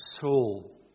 soul